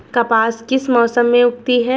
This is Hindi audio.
कपास किस मौसम में उगती है?